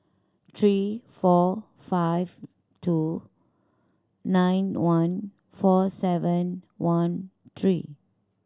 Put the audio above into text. three four five two nine one four seven one three